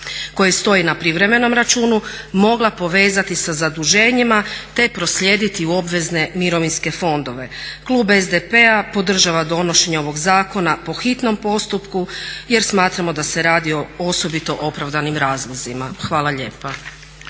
koje stoji na privremenom računu mogla povezati sa zaduženjima te proslijediti u obvezne mirovinske fondove. Klub SDP-a podržava donošenje ovog zakona po hitnom postupku jer smatramo da se radi o osobito opravdanim razlozima. Hvala lijepa.